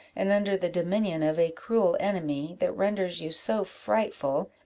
and under the dominion of a cruel enemy, that renders you so frightful,